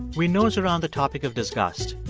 we nose around the topic of disgust.